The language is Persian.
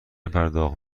پرداخت